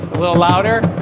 little louder.